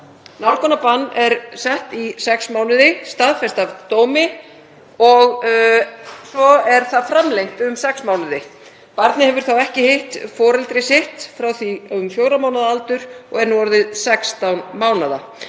Nálgunarbann er sett í sex mánuði, staðfest af dómi og svo er það framlengt um sex mánuði. Barnið hefur þá ekki hitt foreldri sitt frá því um fjögurra mánaða aldur og er nú orðið 16 mánaða.